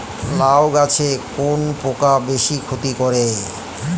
লাউ গাছে কোন পোকা বেশি ক্ষতি করে?